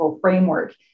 framework